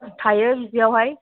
थायो बिदियावहाय